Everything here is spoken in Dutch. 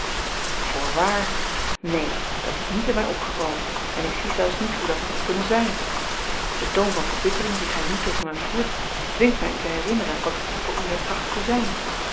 voorwaar neen dat is niet in mij opgekomen en ik zie zelfs niet hoe dat had kunnen zijn de toon van verbittering dien gij nu tegen mij voert dwingt mij u te herinneren wat ik voor u heb trachten te zijn